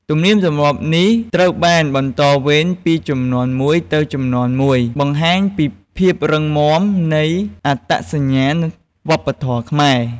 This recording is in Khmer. ទំនៀមទម្លាប់នេះត្រូវបានបន្តវេនពីជំនាន់មួយទៅជំនាន់មួយ បង្ហាញពីភាពរឹងមាំនៃអត្តសញ្ញាណវប្បធម៌ខ្មែរ។